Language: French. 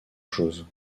chose